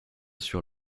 sur